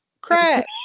Crack